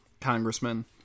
congressman